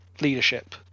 leadership